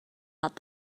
out